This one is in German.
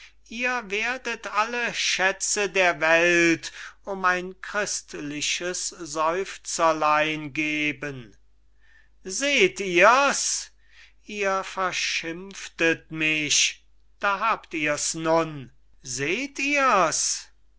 ihr werdet alle schätze der welt um ein christliches seufzerlein geben seht ihr's ihr verschimpftet mich da habt ihr's nun seht ihr's